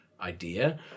idea